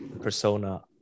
persona